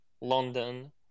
London